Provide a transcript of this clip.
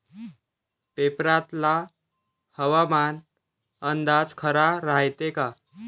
पेपरातला हवामान अंदाज खरा रायते का?